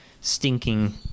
stinking